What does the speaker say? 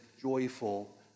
joyful